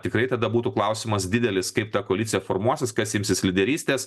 tikrai tada būtų klausimas didelis kaip ta koalicija formuosis kas imsis lyderystės